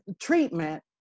treatment